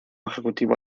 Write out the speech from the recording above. ejecutivo